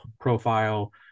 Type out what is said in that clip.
profile